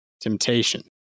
temptation